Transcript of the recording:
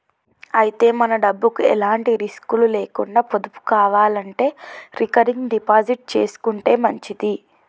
అయితే మన డబ్బుకు ఎలాంటి రిస్కులు లేకుండా పొదుపు కావాలంటే రికరింగ్ డిపాజిట్ చేసుకుంటే మంచిది